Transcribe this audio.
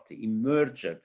emerged